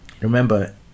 Remember